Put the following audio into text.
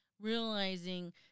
realizing